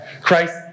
Christ